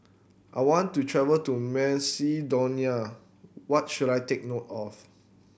I want to travel to Macedonia what should I take note of